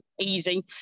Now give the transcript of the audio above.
easy